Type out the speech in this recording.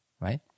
right